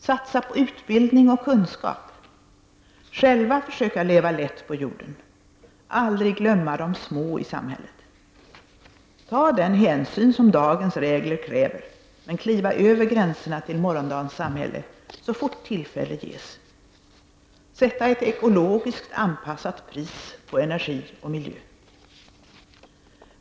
Satsa på utbildning och kunskap. Själva försöka leva lätt på jorden. Aldrig glömma de små i samhället. Ta den hänsyn som dagens regler kräver, men kliva över gränserna till morgondagens samhälle så fort tillfälle ges. Sätta ett ekologiskt anpassat pris på energi och miljö.